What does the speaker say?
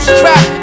trap